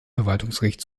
verwaltungsgericht